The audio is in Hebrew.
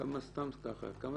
כמה